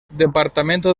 departamento